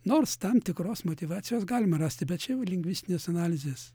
nors tam tikros motyvacijos galima rasti bet čia jau lingvistinės analizės